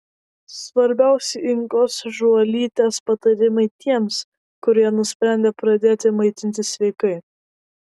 svarbiausi ingos žuolytės patarimai tiems kurie nusprendė pradėti maitintis sveikai